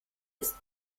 ist